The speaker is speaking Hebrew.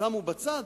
שמו בצד,